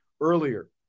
earlier